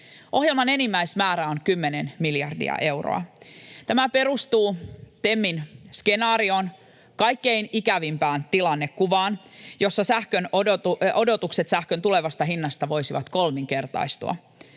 Ohjelman enimmäismäärä on kymmenen miljardia euroa. Tämä perustuu TEMin skenaarioon, kaikkein ikävimpään tilannekuvaan, jossa odotukset sähkön tulevasta hinnasta voisivat kolminkertaistua.